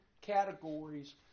categories